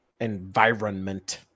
Environment